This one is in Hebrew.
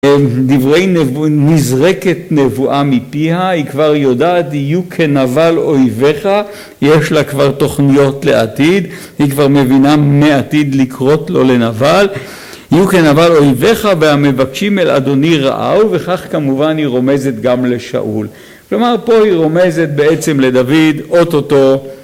דברי נב... נזרקת נבואה מפיה. היא כבר יודעת, יהיו כנבל אויביך. יש לה כבר תוכניות לעתיד. היא כבר מבינה מה עתיד לקרות לו, לנבל. "יהיו כנבל אויביך והמבקשים אל אדוני רעהו" וכך כמובן היא רומזת גם לשאול. כלומר, פה היא רומזת בעצם לדוד, אוטוטו...